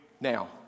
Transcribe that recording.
Now